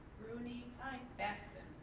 rooney. aye. batson.